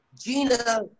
Gina